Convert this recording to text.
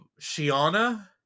Shiana